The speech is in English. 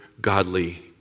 godly